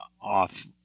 off